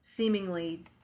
Seemingly